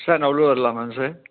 sir நான் உள்ளே வரலாமாங்க சார்